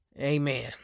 amen